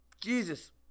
Jesus